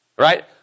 Right